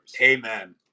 Amen